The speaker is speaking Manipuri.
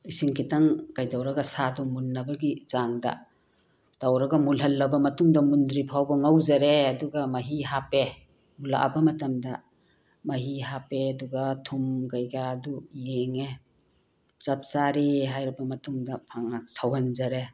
ꯏꯁꯤꯡ ꯈꯤꯇꯪ ꯀꯩꯗꯧꯔꯒ ꯁꯥꯗꯨ ꯃꯨꯟꯅꯕꯒꯤ ꯆꯥꯡꯗ ꯇꯧꯔꯒ ꯃꯨꯜꯍꯜꯂꯕ ꯃꯇꯨꯡꯗ ꯃꯨꯟꯗꯔꯤꯐꯥꯎꯕ ꯉꯧꯖꯔꯦ ꯑꯗꯨꯒ ꯃꯍꯤ ꯍꯥꯞꯄꯦ ꯃꯨꯜꯂꯛꯑꯕ ꯃꯇꯝꯗ ꯃꯍꯤ ꯍꯥꯞꯄꯦ ꯑꯗꯨꯒ ꯊꯨꯝ ꯀꯩꯀꯥꯗꯨ ꯌꯦꯡꯉꯦ ꯆꯞ ꯆꯥꯔꯦ ꯍꯥꯏꯔꯕ ꯃꯇꯨꯡꯗ ꯁꯧꯍꯟꯖꯔꯦ